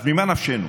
אז ממה נפשנו?